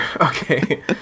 Okay